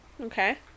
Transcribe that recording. Okay